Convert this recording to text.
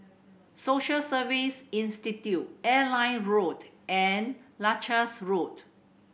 Social Service Institute Airline Road and Leuchars Road